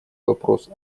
вопрос